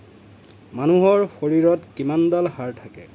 মানুহৰ শৰীৰত কিমানডাল হাড় থাকে